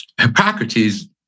Hippocrates